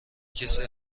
کسی